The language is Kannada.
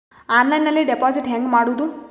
ಆನ್ಲೈನ್ನಲ್ಲಿ ಡೆಪಾಜಿಟ್ ಹೆಂಗ್ ಮಾಡುದು?